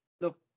Look